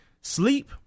Sleep